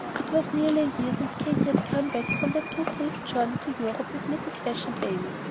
it was nearly a year since katy had come back from that too brief journey to europe with mrs. ashe and amy,